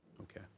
Okay